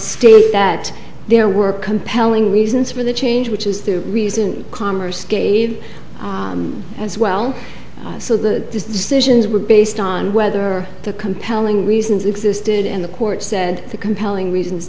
noted that there were compelling reasons for the change which is the reason commerce gave as well so the decisions were based on whether the compelling reasons existed in the court said the compelling reasons